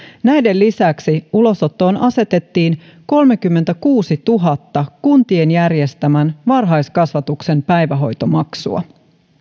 näiden lisäksi ulosottoon asetettiin kolmekymmentäkuusituhatta kappaletta kuntien järjestämän varhaiskasvatuksen päivähoitomaksua